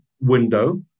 window